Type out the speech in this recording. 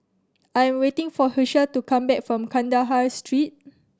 I am waiting for Hershell to come back from Kandahar Street